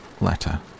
Letter